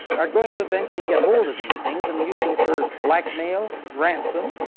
are going to eventually get hold of these things and use them for blackmail, ransom.